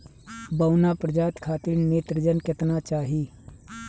बौना प्रजाति खातिर नेत्रजन केतना चाही?